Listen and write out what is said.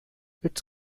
its